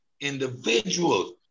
individuals